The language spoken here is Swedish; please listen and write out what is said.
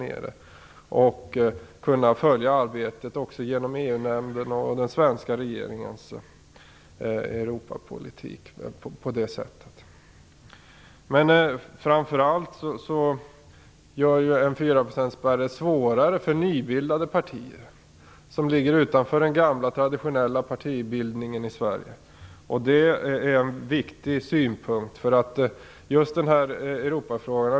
På det sättet och också genom EU-nämnden kan de följa arbetet inom EU och den svenska regeringens Europapolitik. Framför allt gör en fyraprocentsspärr det svårare för nybildade partier som ligger utanför den gamla traditionella partibildningen i Sverige. Det är en viktig synpunkt.